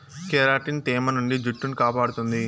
keratin తేమ నుండి జుట్టును కాపాడుతుంది